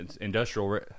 industrial